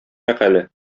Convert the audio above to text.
мәкале